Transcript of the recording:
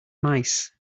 mice